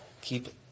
keep